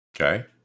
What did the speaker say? Okay